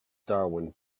darwin